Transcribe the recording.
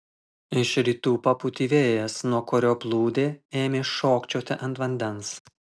iš rytų papūtė vėjas nuo kurio plūdė ėmė šokčioti ant vandens